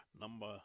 Number